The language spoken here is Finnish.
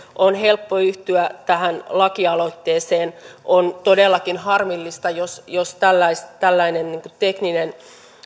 on helppo yhtyä tähän lakialoitteeseen on todellakin harmillista jos jos tällainen tekninen